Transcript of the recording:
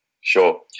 Sure